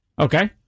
Okay